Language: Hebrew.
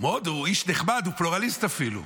הוא איש נחמד, הוא פלורליסט אפילו.